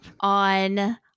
on